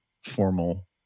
formal